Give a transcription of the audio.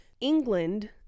england